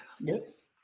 Yes